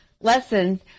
lessons